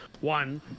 One